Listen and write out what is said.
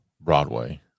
Broadway